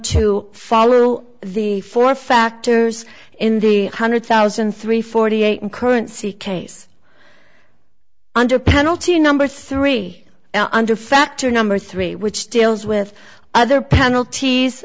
to follow the four factors in the hundred thousand three forty eight in currency case under penalty number three under factor number three which deals with other penalties